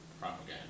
propaganda